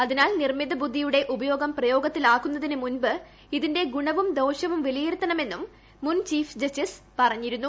അതിനാൽ നിർമ്മിത ബുദ്ധിയുടെ ഉപയോഗം പ്രയോഗത്തിലാക്കുന്നതിന് മുമ്പ് ഇതിന്റെ ഗുണവും ദോഷവും വില്ലയിരുത്തണമെന്നും മുൻ ചീഫ് ജസ്റ്റിസ് പറഞ്ഞിരുന്നു